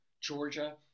Georgia